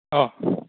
অ